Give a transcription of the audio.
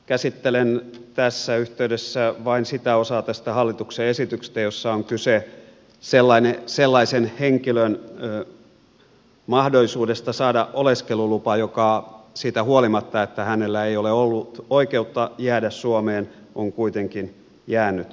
käsittelen tässä yhteydessä vain sitä osaa tästä hallituksen esityksestä jossa on kyse sellaisen henkilön mahdollisuudesta saada oleskelulupa joka siitä huolimatta että hänellä ei ole ollut oikeutta jäädä suomeen on kuitenkin jäänyt suomeen